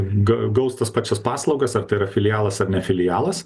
ga gaus tas pačias paslaugas ar tai yra filialas ar ne filialas